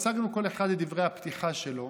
הצגנו כל אחד את דברי הפתיחה שלו.